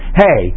hey